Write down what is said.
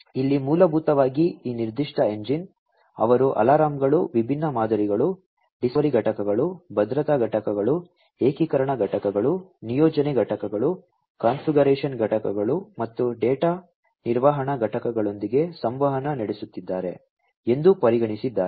ಆದ್ದರಿಂದ ಇಲ್ಲಿ ಮೂಲಭೂತವಾಗಿ ಈ ನಿರ್ದಿಷ್ಟ ಎಂಜಿನ್ ಅವರು ಅಲಾರಮ್ಗಳು ವಿಭಿನ್ನ ಮಾದರಿಗಳು ಡಿಸ್ಕವರಿ ಘಟಕಗಳು ಭದ್ರತಾ ಘಟಕಗಳು ಏಕೀಕರಣ ಘಟಕಗಳು ನಿಯೋಜನೆ ಘಟಕಗಳು ಕಾನ್ಫಿಗರೇಶನ್ ಘಟಕಗಳು ಮತ್ತು ಡೇಟಾ ನಿರ್ವಹಣಾ ಘಟಕಗಳೊಂದಿಗೆ ಸಂವಹನ ನಡೆಸುತ್ತಿದ್ದಾರೆ ಎಂದು ಪರಿಗಣಿಸಿದ್ದಾರೆ